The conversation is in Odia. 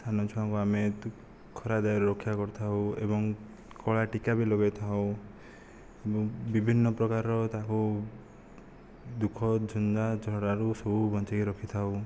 ସାନ ଛୁଆଙ୍କୁ ଆମେ ଖରା ଦାଉରୁ ରକ୍ଷା କରିଥାଉ ଏବଂ କଳା ଟିକା ବି ଲଗେଇଥାଉ ଏବଂ ବିଭିନ୍ନ ପ୍ରକାରର ତାଙ୍କୁ ଦୁଃଖ ଝଞ୍ଜା ଝଡ଼ରୁ ସବୁ ବଞ୍ଚେଇକି ରଖିଥାଉ